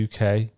UK